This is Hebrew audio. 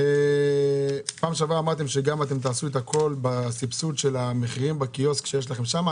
בפעם שעברה אמרתם שתעשו הכול בסבסוד המחירים בקיוסק שיש לכם שם.